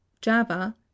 java